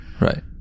Right